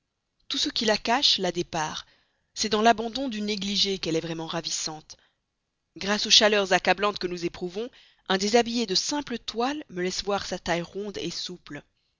tout ce qui la cache la dépare c'est dans l'abandon du négligé qu'elle est vraiment ravissante grâce aux chaleurs accablantes que nous éprouvons un déshabillé de simple toile me laisse voir sa taille ronde souple